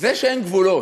זה שאין גבולות,